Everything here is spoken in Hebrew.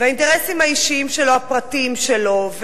והאינטרסים האישיים הפרטיים שלו,